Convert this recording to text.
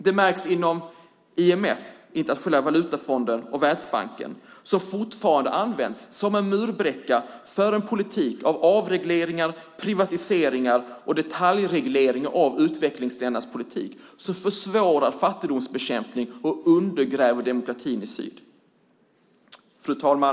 Det märks inom IMF, Internationella valutafonden, och Världsbanken, som fortfarande används som murbräcka för en politik av avregleringar, privatiseringar och detaljreglering av utvecklingsländernas politik som försvårar fattigdomsbekämpning och undergräver demokratin i syd. Fru talman!